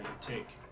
take